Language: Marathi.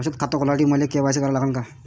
बचत खात खोलासाठी मले के.वाय.सी करा लागन का?